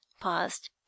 paused